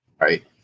Right